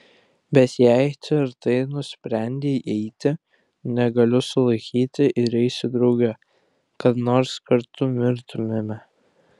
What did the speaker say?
bet jei tvirtai nusprendei eiti negaliu sulaikyti ir eisiu drauge kad nors kartu mirtumėme